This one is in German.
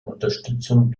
unterstützung